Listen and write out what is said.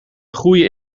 groeien